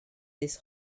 this